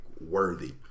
worthy